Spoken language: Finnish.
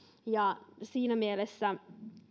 ja siinä mielessä